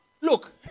look